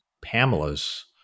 Pamela's